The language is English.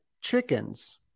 chickens